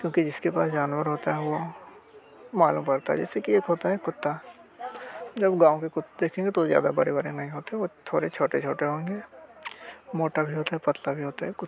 क्योंकि जिसके पास जानवर होता है वो मालूम पड़ता है जैसे कि एक होता है कुत्ता जब गाँव के कुत्ते देखेंगे तो ज़्यादा बड़े बड़े नहीं होते वो थोड़े छोटे छोटे होंगे मोटे भी होते हैं पतले भी होते हैं कुत्ते